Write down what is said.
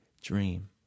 dream